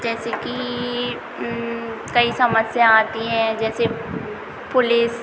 जैसे कि कई समस्या आती हैं जैसे पुलिस